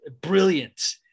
brilliant